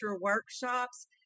workshops